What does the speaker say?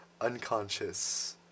Unconscious